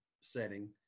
setting